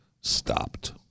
stopped